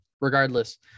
Regardless